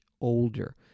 older